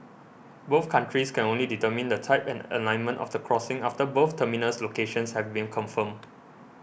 both countries can only determine the type and alignment of the crossing after both terminus locations have been confirmed